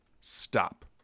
stop